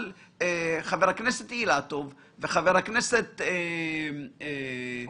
חבר הכנסת אילטוב וחבר הכנסת פולקמן,